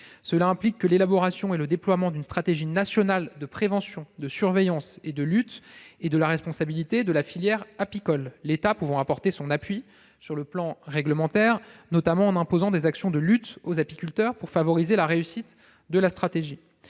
Cela implique que l'élaboration et le déploiement d'une stratégie nationale de prévention, de surveillance et de lutte sont de la responsabilité de la filière apicole, l'État pouvant apporter son appui sur le plan réglementaire, notamment en imposant des actions aux apiculteurs pour favoriser la réussite de cette stratégie.